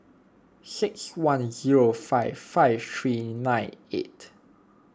six one zero five five three nine eight